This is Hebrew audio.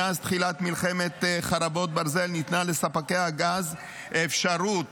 מאז תחילת מלחמת חרבות ברזל ניתנה לספקי הגז אפשרות